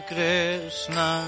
Krishna